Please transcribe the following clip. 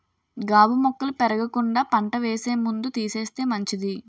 గాబు మొక్కలు పెరగకుండా పంట వేసే ముందు తీసేస్తే మంచిది